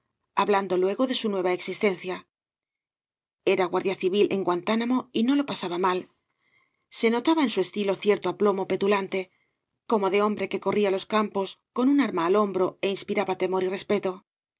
luego de su nueva existencia era guardia civil en guantánamo y no lo pasaba mal se notaba en su estilo cierto aplomo petuso v blasco ibáñbz lante como de hombre que corría los campee con un arma al hombro é inspiraba temor y respeto su